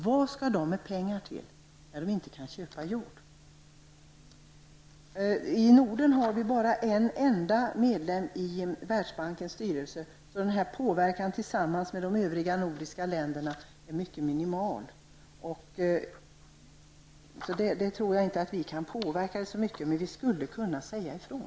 Vad skall de med pengar till när de inte kan köpa jord? Det finns bara en medlem från Norden i Världsbankens styrelse. Påverkan tillsammans med de övriga nordiska länderna är minimal. Jag tror inte att vi kan påverka så mycket, men vi kan säga ifrån.